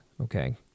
okay